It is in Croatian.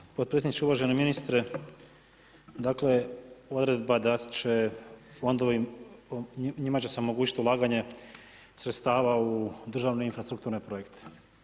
Hvala potpredsjedniče, uvaženi ministre, dakle, odredba da će fondovi njima će se omogućiti ulaganje sredstava u državne infrastrukture projekte.